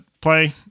play